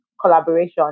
collaboration